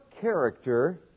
character